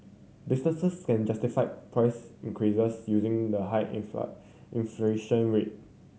businesses can justify price increases using the high inflation rate